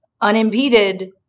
unimpeded